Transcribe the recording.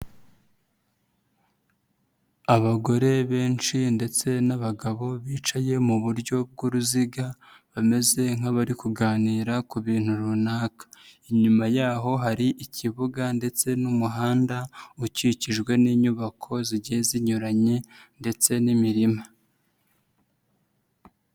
Abagore benshi ndetse n'abagabo bicaye mu buryo bw'uruziga bameze nk'abari kuganira ku bintu runaka, inyuma yaho hari ikibuga ndetse n'umuhanda ukikijwe n'inyubako zigiye zinyuranye ndetse n'imirima.